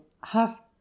half